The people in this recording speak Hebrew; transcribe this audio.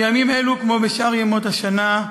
בימים אלו, כמו בשאר ימות השנה,